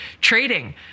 trading